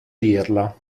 dirla